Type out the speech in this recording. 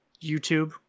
youtube